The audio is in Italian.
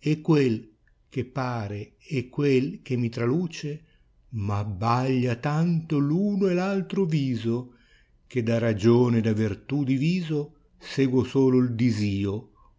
e quel che pare e quel che mi traluocii m abbaglia tanto v uno e v altro viso che da ragione e da vertù diviso seguo solo il disio